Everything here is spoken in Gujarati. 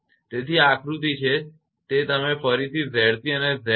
તેથી આ આકૃતિ છે કે તે ફરીથી 𝑍𝑐 and Z છે